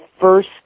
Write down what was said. first